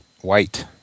white